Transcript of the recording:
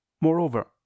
Moreover